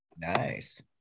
Nice